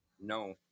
no